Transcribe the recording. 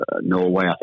Norway